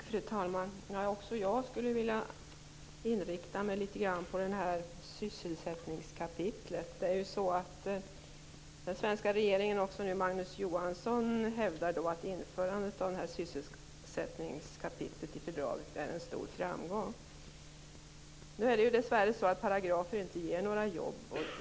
Fru talman! Också jag skulle vilja rikta in mig på sysselsättningskapitlet. Den svenska regeringen och nu även Magnus Johansson hävdar att införandet av detta kapitel i fördraget är en stor framgång. Dessvärre ger paragrafer inga jobb.